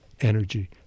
energy